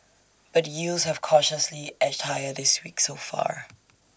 but yields have cautiously edged higher this week so far